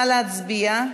נא להצביע.